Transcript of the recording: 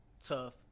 tough